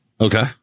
Okay